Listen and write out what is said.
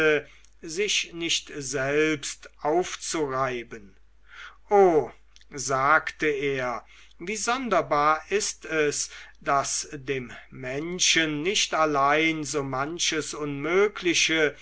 sich nicht selbst aufzureiben o sagte er wie sonderbar ist es daß dem menschen nicht allein so manches unmögliche